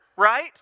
Right